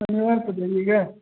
शनिवार को जाइएगा